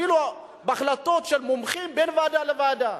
אפילו בהחלטות של מומחים בין ועדה לוועדה.